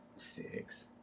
six